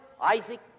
Isaac